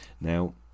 now